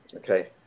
Okay